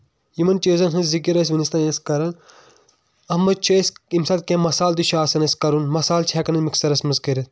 یِمن چیٖزَن ہٕنٛز ذِکِر ٲسۍ ونِس تام أسۍ کران اتھ منٛز چھِ أسۍ ییٚمہِ ساتہٕ کیٚنٛہہ مسالہٕ تہِ چھُ آسان اَسہِ کَرُن مسالہٕ چھِ ہٮ۪کان امہِ مِکسرَس منٛز کٔرِتھ